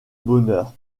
bonheur